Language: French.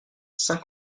saint